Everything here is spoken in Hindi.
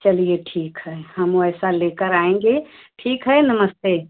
चलिए ठीक है हम वैसा लेकर आएंगे ठीक है नमस्ते